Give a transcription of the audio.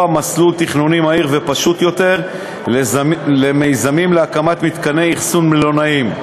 מסלול תכנוני מהיר ופשוט יותר למיזמים להקמת מתקני אכסון מלונאיים.